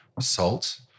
salt